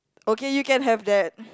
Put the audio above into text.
okay you can have that